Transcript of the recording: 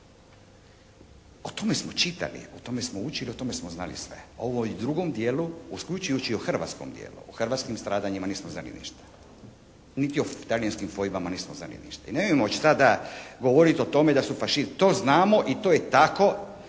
O tome smo čitali, o tome smo učili, o tome smo znali sve. Ovo u drugom dijelu uključujući u hrvatskom dijelu, o hrvatskim stradanjima nismo znali ništa, niti o talijanskim …/Govornik se ne razumije./… nismo znali ništa i nemojmo sada govoriti o tome da su, to znamo i to je tako